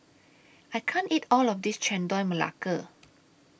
I can't eat All of This Chendol Melaka